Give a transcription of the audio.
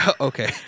Okay